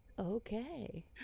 Okay